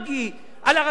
נגמרו ה-20 שניות.